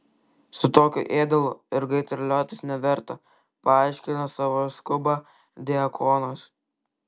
su tokiu ėdalu ilgai terliotis neverta paaiškino savo skubą diakonas